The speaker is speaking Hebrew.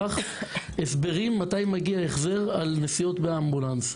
הסברים מתי מגיע החזר בגין נסיעות באמבולנס.